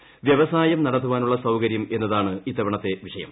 വ്യവസായം നടത്താനുളള സൌകര്യം എന്നതാണ് ഇത്തവണത്തെ വിഷയം